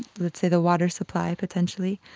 let's say, the water supply potentially,